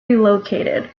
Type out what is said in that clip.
relocated